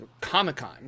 Comic-Con